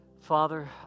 father